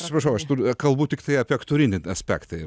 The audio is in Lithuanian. atsiprašau aš kalbu tiktai apie aktorinį aspektą